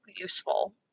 useful